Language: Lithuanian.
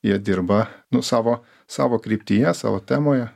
jie dirba nu savo savo kryptyje savo temoje